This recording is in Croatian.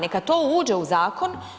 Neka to uđe u zakon.